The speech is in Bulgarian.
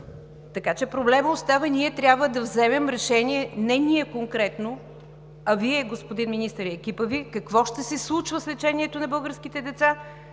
така че проблемът остава и ние трябва да вземем решение, не ние конкретно, а Вие, господин Министър, и екипът Ви, какво ще се случва с лечението на българските деца.